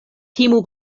timu